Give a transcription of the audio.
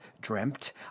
dreamt